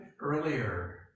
earlier